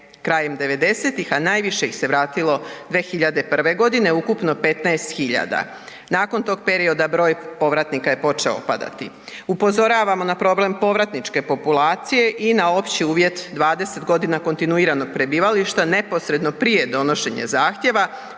krajem '90.-ih, a najviše ih se vratilo 2001.godine, ukupno 15.000. Nakon tog perioda broj povratnika je počeo opadati. Upozoravamo na problem povratničke populacije i na opći uvjet 20 godina kontinuiranog prebivališta neposredno prije donošenja zahtjeva